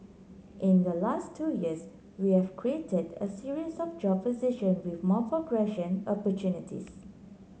in the last two years we have created a series of job position with more progression opportunities